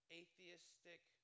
atheistic